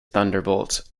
thunderbolts